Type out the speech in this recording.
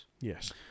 Yes